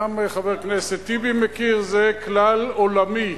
גם חבר הכנסת טיבי מכיר, זה כלל עולמי.